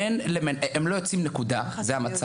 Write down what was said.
אין הם לא יוצאים זה המצב,